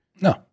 No